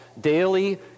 daily